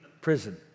prison